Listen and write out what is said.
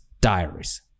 diaries